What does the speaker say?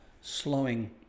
slowing